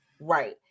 Right